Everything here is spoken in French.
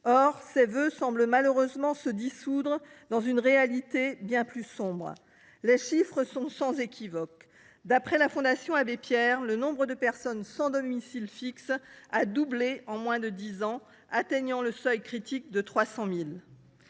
la République semblent malheureusement se dissoudre dans une réalité bien plus sombre. Les chiffres sont sans équivoque. D’après la Fondation Abbé Pierre, le nombre de personnes sans domicile fixe a doublé en moins de dix ans, atteignant le seuil critique de 300 000.